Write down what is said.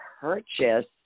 purchase